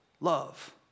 love